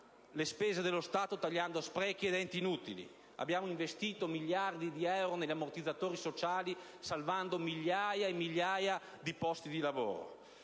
le spese dello Stato tagliando sprechi ed enti inutili. Abbiamo investito miliardi di euro negli ammortizzatori sociali, salvando migliaia e migliaia di posti di lavoro.